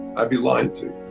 i'd be lying to